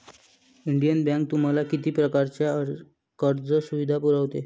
Indian bank तुम्हाला किती प्रकारच्या कर्ज सुविधा पुरवते?